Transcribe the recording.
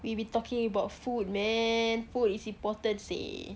we'd be talking about food man food is important seh